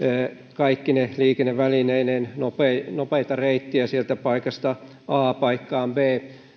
kaikkine liikennevälineineen nopeinta nopeinta reittiä sieltä paikasta a paikkaan b